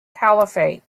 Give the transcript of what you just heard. caliphate